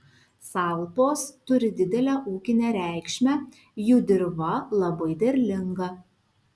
salpos turi didelę ūkinę reikšmę jų dirva labai derlinga